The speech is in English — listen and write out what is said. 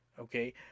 okay